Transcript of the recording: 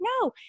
no